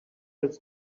else